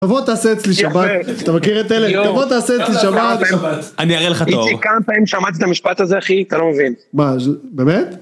תבוא תעשה אצלי שבת, אתה מכיר את אלה? תבוא תעשה אצלי שבת. אני אראה לך תואר. איתי כמה פעמים שמעתי את המשפט הזה אחי, אתה לא מבין. מה, באמת?